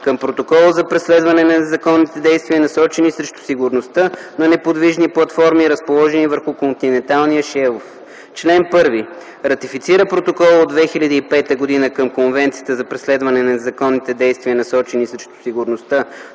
към Протокола за преследване на незаконните действия, насочени срещу сигурността на неподвижни платформи, разположени върху континенталния шелф Чл. 1. Ратифицира Протокола от 2005 г. към Конвенцията за преследване на незаконните действия, насочени срещу сигурността